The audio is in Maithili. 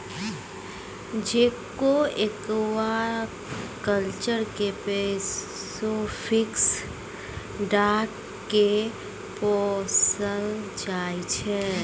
जियोडक एक्वाकल्चर मे पेसेफिक डक केँ पोसल जाइ छै